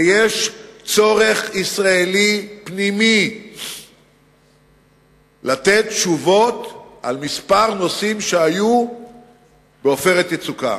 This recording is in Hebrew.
ויש צורך ישראלי פנימי לתת תשובות על כמה נושאים שהיו ב"עופרת יצוקה".